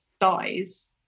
dies